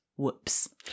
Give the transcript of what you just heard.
Whoops